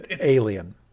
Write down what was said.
alien